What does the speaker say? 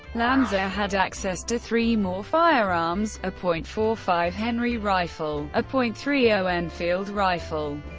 lanza had access to three more firearms a point four five henry rifle, a point three zero enfield rifle,